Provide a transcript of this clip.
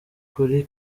kuri